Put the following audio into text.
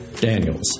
Daniels